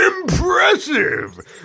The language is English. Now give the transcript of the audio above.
Impressive